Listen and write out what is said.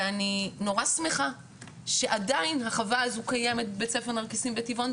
ואני נורא שמחה שעדיין החווה הזו קיימת בבית ספר נרקיסים בטבעון.